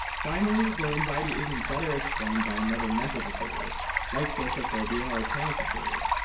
finally, their anxiety isn't better explained by another mental disorder like social phobia or panic disorder.